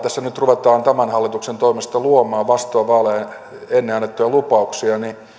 tässä nyt ruvetaan tämän hallituksen toimesta luomaan vastoin ennen vaaleja annettuja lupauksia